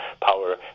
power